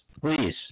please